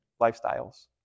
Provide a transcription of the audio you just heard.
lifestyles